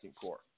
core